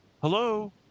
Hello